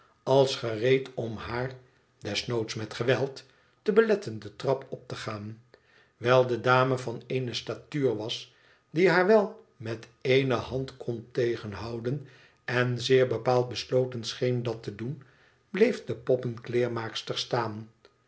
als gereed om haar desnoods met geweld te beletten de trap op te gaan wijl de dame van eene statuur was die haar wel met ééne hand kon tegenhouden en zeer bepaald besloten scheen dat te doen bleef de poppenkleermaakster staan